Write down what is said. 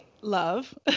love